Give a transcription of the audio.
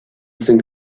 sind